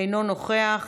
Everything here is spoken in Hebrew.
אינו נוכח.